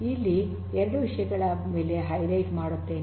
ಇಲ್ಲಿ ೨ ವಿಷಯಗಳ ಮೇಲೆ ಹೈಲೈಟ್ ಮಾಡುತ್ತೇನೆ